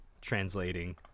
translating